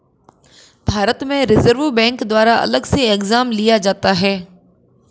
भारत में reserve bank द्वारा अलग से एग्जाम लिया जाता है